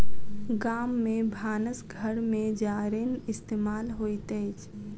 गाम में भानस घर में जारैन इस्तेमाल होइत अछि